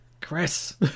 Chris